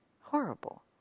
horrible